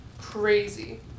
crazy